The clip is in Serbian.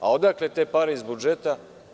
A, odatle te pare iz budžeta?